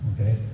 Okay